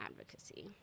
advocacy